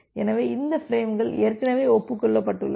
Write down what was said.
எனவே இந்த பிரேம்கள் ஏற்கனவே ஒப்புக் கொள்ளப்பட்டுள்ளன